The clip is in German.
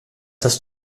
hast